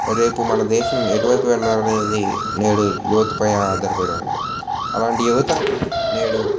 రేపు మన దేశం ఎటువైపు వెళ్లాలనేది నేడు యువతపై ఆధరపడి ఉంది అలాంటి యువత నేడు